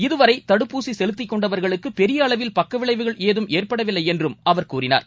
இதுவரை தடுப்பூசி செலுத்திக் கொண்டவர்களுக்கு பெரிய அளவில் பக்க விளைவுகள் எதுவும் ஏற்படவில்லை என்றும் அவர் கூறினார்